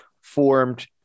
formed